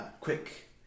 quick